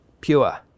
pure